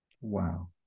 wow